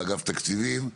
באגף התקציבים,